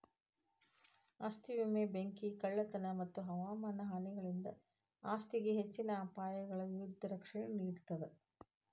ಆಸ್ತಿ ವಿಮೆ ಬೆಂಕಿ ಕಳ್ಳತನ ಮತ್ತ ಹವಾಮಾನ ಹಾನಿಗಳಿಂದ ಆಸ್ತಿಗೆ ಹೆಚ್ಚಿನ ಅಪಾಯಗಳ ವಿರುದ್ಧ ರಕ್ಷಣೆ ನೇಡ್ತದ